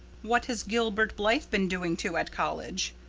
what has gilbert blythe been doing to at college?